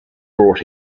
brought